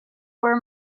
were